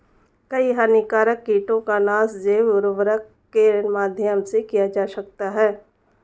कई हानिकारक कीटों का नाश जैव उर्वरक के माध्यम से किया जा सकता है